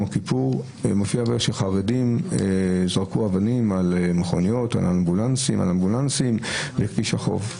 כיפור שמענו שחרדים זרקו אבנים על אמבולנסים בכביש החוף.